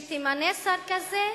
אין בושה למדינת ישראל, שתמנה שר כזה?